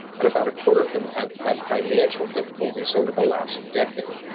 and about a quarter of them have had financial difficulties over the last decade.